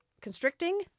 constricting